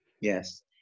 Yes